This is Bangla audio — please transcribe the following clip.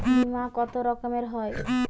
বিমা কত রকমের হয়?